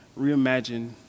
reimagine